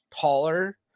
taller